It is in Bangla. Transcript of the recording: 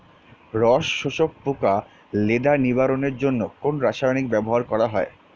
রস শোষক পোকা লেদা নিবারণের জন্য কোন রাসায়নিক ব্যবহার করা হয়?